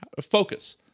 Focus